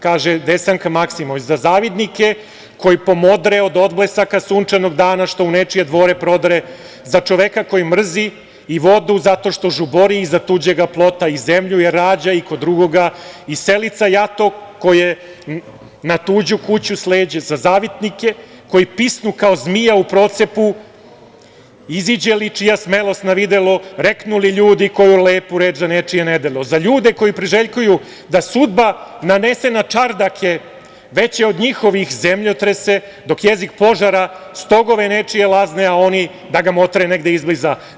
Kaže Desanka Maksimović – za zavidnike koji pomodre od odblesaka sunčanog dana, što u nečije dvore prodre, za čoveka koji mrzi i vodu zato što žubori iza tuđeg plota i zemlju, jer rađa i kod druga i selica jato koje na tuđu kuću sleće, za zavidnike koji pisnu kao zmija u procepu, iziđe li čija smelost na videlo reknuli ljudi koju lepu reč za nečije nedelo, za ljude koji priželjkuju da sudba nanese na čardake veće od njihovih zemljotrese, dok jezik požara stogove nečije lazne, a oni da ga motre negde izbliza.